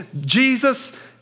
Jesus